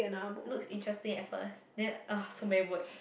looks interesting at first then ah so many words